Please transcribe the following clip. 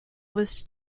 was